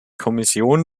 kommission